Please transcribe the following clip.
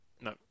no